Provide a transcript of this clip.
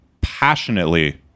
passionately